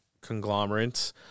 conglomerates